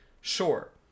Sure